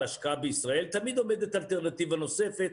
השקעה בישראל תמיד עומדת אלטרנטיבה נוספת.